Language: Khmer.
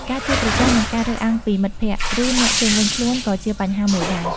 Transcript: ការជួបប្រទះនឹងការរើសអើងពីមិត្តភក្ដិ ឬអ្នកជុំវិញខ្លួនក៏ជាបញ្ហាមួយដែរ។